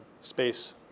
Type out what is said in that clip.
space